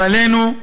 ועלינו,